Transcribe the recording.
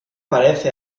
parece